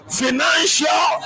financial